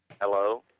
hello